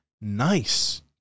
nice